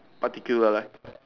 particular like